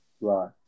Right